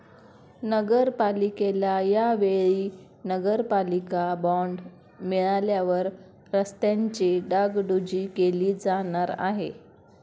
नगरपालिकेला या वेळी नगरपालिका बॉंड मिळाल्यावर रस्त्यांची डागडुजी केली जाणार आहे